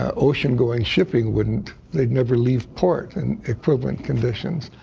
ah ocean-going shipping wouldn't, they'd never leave port in equivalent conditions.